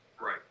Right